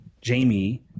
Jamie